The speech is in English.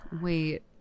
wait